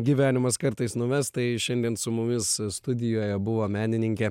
gyvenimas kartais nuves tai šiandien su mumis studijoje buvo menininkė